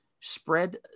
spread